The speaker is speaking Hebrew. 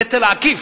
נטל עקיף.